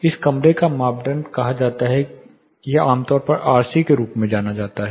इसे कमरे का मापदंड कहा जाता है या आमतौर पर RC के रूप में जाना जाता है